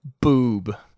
boob